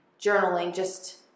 journaling—just